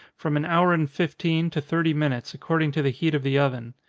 from an hour and fifteen to thirty minutes, according to the heat of the oven.